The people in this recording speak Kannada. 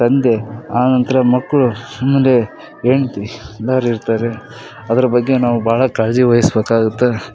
ತಂದೆ ಆ ನಂತರ ಮಕ್ಕಳು ಆಮೇಲೆ ಹೆಂಡ್ತಿ ಎಲ್ಲರು ಇರ್ತಾರೆ ಅದ್ರ ಬಗ್ಗೆ ನಾವು ಬಹಳ ಕಾಳಜಿ ವಹಿಸ್ಬೇಕಾಗುತ್ತೆ